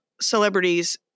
celebrities